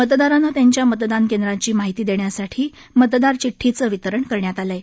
मतदारांना त्यांच्या मतदान केंद्राची माहिती देण्यासाठी मतदार चिठठीचं वितरण करण्यात आलं आहे